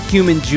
Human